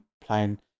playing